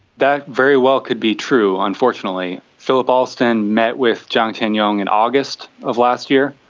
that very well could be true, unfortunately. philip alston met with jiang tianyong in august of last year,